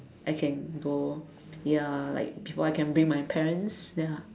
I can go ya like before I can bring my parents ya